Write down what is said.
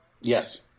yes